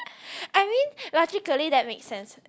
I mean logically that makes sense